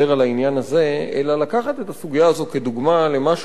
אלא לקחת את הסוגיה הזו כדוגמה למשהו מאוד